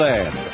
Land